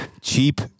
cheap